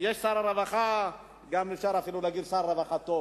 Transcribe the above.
יש שר רווחה, וגם אפשר אפילו להגיד שר רווחה טוב,